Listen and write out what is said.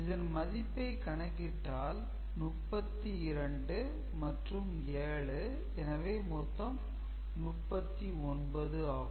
இதன் மதிப்பைகணக்கிட்டால் 32 மற்றும் 7 எனவே மொத்தம் 39 ஆகும்